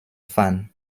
fan